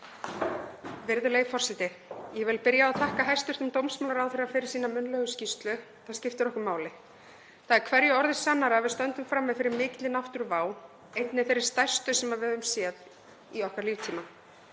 Virðulegi forseti. Ég vil byrja á að þakka hæstv. dómsmálaráðherra fyrir sína munnlegu skýrslu. Það skiptir okkur máli. Það er hverju orði sannara að við stöndum frammi fyrir mikilli náttúruvá, einni þeirri stærstu sem við höfum séð á okkar líftíma.